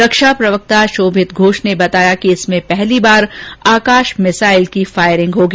रक्षा प्रवक्ता शोभित घोष ने बताया कि इसमें पहली बार आकाश मिसाइल की फायरिंग होगी